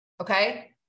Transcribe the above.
Okay